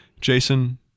Jason